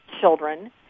children